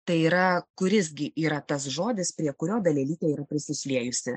tai yra kuris gi yra tas žodis prie kurio dalelytė yra prisišliejusi